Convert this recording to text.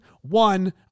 One